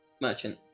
merchant